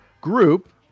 group